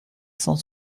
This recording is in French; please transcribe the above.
cent